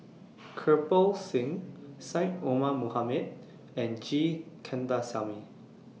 Kirpal Singh Syed Omar Mohamed and G Kandasamy